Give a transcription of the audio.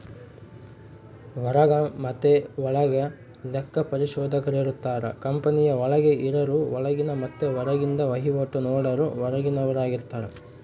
ಹೊರಗ ಮತೆ ಒಳಗ ಲೆಕ್ಕ ಪರಿಶೋಧಕರಿರುತ್ತಾರ, ಕಂಪನಿಯ ಒಳಗೆ ಇರರು ಒಳಗಿನ ಮತ್ತೆ ಹೊರಗಿಂದ ವಹಿವಾಟು ನೋಡರು ಹೊರಗಿನವರಾರ್ಗಿತಾರ